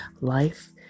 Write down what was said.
life